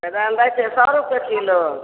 बेदाना दै छियै सए रुपए किलो